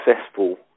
successful